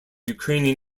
ukrainian